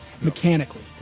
mechanically